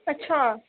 ਅੱਛਾ